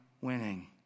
winning